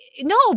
no